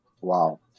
Wow